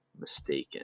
mistaken